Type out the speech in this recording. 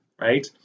right